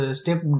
step